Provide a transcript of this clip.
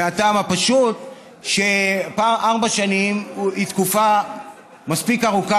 מהטעם הפשוט שארבע שנים הן תקופה מספיק ארוכה,